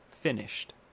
Finished